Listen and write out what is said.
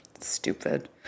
stupid